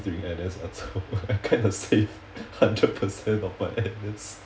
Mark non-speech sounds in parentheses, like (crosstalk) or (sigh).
during N_S also (laughs) I got to save hundred percent of my allowance